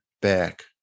back